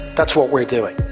that's what we're doing.